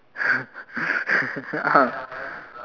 ah